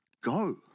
go